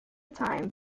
time